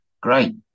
Great